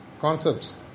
concepts